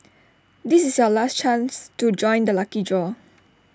this is your last chance to join the lucky draw